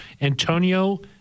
Antonio